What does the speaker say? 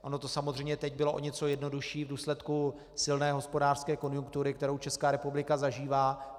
Ono to samozřejmě teď bylo o něco jednodušší v důsledku silné hospodářské konjunktury, kterou Česká republika zažívá.